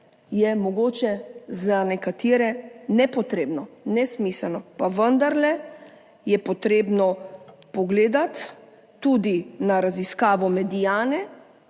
je mogoče za nekatere nepotrebno, nesmiselno, pa vendarle je potrebno pogledati tudi na raziskavo Mediane,